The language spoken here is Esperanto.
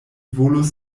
volus